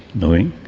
knowing